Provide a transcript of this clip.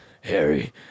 Harry